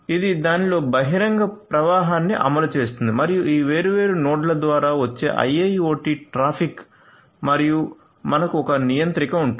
ఇది దానిలో బహిరంగ ప్రవాహాన్ని అమలు చేస్తుంది మరియు ఈ వేర్వేరు నోడ్ల ద్వారా వచ్చే IIoT ట్రాఫిక్ మరియు మనకు ఒక నియంత్రిక ఉంటుంది